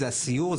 זה הסיור,